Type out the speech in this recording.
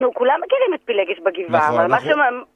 נו, כולם מכירים את פילגש בגבעה.